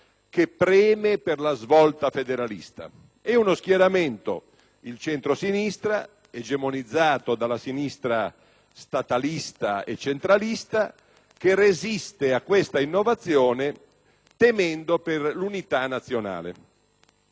che preme per la svolta federalista, e uno schieramento, il centrosinistra, egemonizzato dalla sinistra statalista e centralista che resiste a questa innovazione temendo per l'unità nazionale.